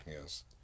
Yes